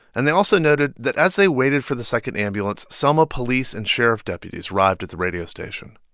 and they also noted that as they waited for the second ambulance, selma police and sheriff deputies arrived at the radio station.